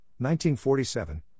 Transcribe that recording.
1947